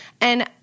And-